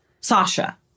Sasha